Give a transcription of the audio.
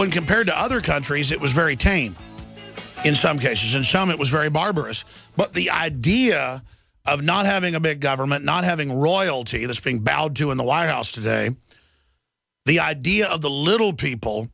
when compared to other countries it was very tame in some cases and some it was very barbarous but the idea of not having a big government not having royalty that's being battled to in the white house today the idea of the little people